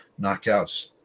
knockouts